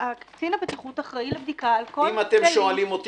הוא אחראי על בדיקה על כל- -- אם אתם שואלים אותי,